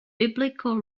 biblical